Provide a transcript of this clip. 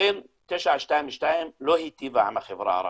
לכן 922 לא היטיבה עם החברה הערבית.